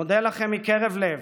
מודה לכם מקרב לב,